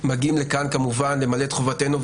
מגיעים לכאן כמובן למלא את חובתנו,